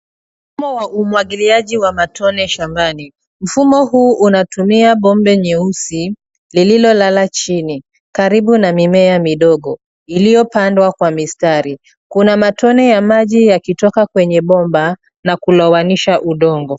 Mfumo wa umwagiliaji wa matone shambani. Mfumo huu unatumia bombe nyeusi lililolala chini karibu na mimea midogo, iliyopandwa kwa mistari. Kuna matone ya maji yakitoka kwenye bomba na kulowanisha udongo.